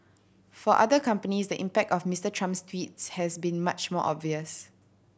for other companies the impact of Mister Trump's tweets has been much more obvious